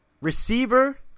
Receiver